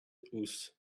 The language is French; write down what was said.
house